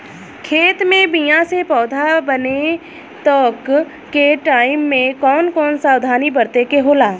खेत मे बीया से पौधा बने तक के टाइम मे कौन कौन सावधानी बरते के होला?